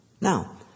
Now